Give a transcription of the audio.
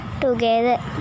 together